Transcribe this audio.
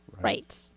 Right